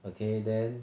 okay then